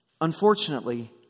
Unfortunately